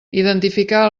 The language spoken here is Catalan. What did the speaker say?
identificar